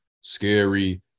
scary